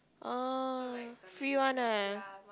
oh free one ah